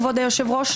כבוד היושב-ראש,